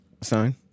Sign